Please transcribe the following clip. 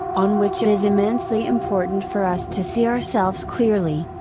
on which it is immensely important for us to see ourselves clearly,